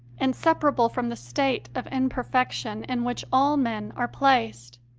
inseparable from the state of imperfection in which all men are placed.